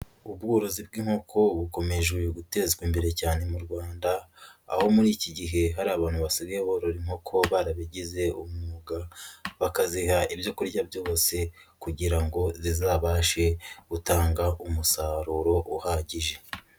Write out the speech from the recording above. Ubworozi bw'inkoko bukomeje gutezwa imbere cyane mu Rwanda, aho muri iki gihe hari abantu basigaye borora inkoko barabigize umwuga, bakaziha ibyo kurya byose kugira ngo zizabashe gutanga umusaruro uhagije.